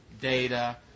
data